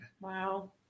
wow